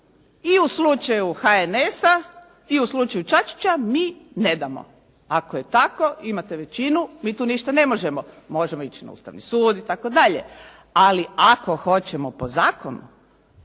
i u slučaju HNS-a i u slučaju Čačića, mi ne damo. Ako je tako, imate većinu, mi tu ništa ne možemo. Možemo ići na Ustavni sud i tako dalje, ali ako hoćemo po zakonu,